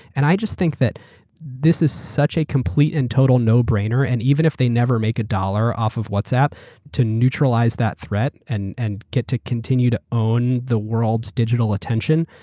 and i just think that this is such a complete and total no brainer. and even if they never make one dollars off of whatsapp to neutralize that threat and and get to continue to own the world's digital attention,